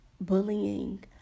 bullying